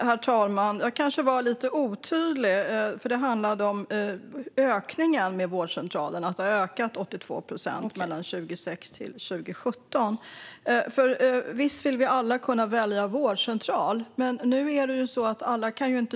Herr talman! Jag kanske var lite otydlig. Det handlade om ökningen av antalet vårdcentraler i privat regi. Det antalet ökade med 82 procent mellan 2006 och 2017. Visst vill vi alla kunna välja vårdcentral. Men nu är det ju så att inte alla kan göra det.